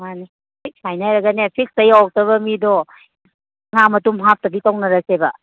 ꯃꯥꯟꯅꯤ ꯐꯤꯛꯁ ꯍꯥꯏꯅꯔꯒꯅꯦ ꯐꯤꯛꯁꯇ ꯌꯧꯔꯛꯇꯕ ꯃꯤꯗꯣ ꯉꯥ ꯃꯇꯨꯝ ꯍꯥꯞꯇꯕꯤ ꯇꯧꯅꯔꯁꯦꯕ